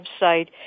website